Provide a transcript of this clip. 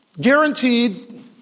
guaranteed